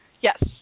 Yes